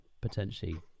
potentially